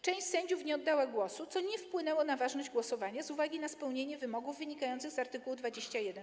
Część sędziów nie oddała głosu, co nie wpłynęło na ważność głosowania z uwagi na spełnienie wymogów wynikających z art. 21